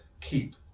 keep